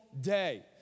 day